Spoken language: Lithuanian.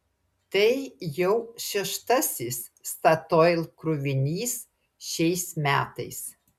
tai jau šeštasis statoil krovinys šiais metais